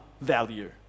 value